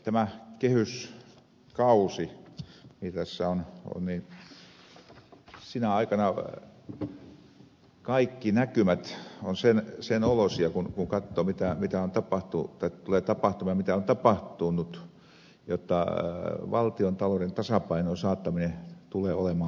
tämä kehyskausi tässä ovat sinä aikana kaikki näkymät sen oloisia kun katsoo mitä tulee tapahtumaan ja mitä on tapahtunut jotta valtionta louden tasapainoon saattaminen tulee olemaan vaikeata